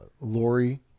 Lori